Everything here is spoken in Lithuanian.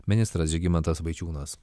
ministras žygimantas vaičiūnas